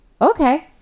okay